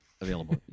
available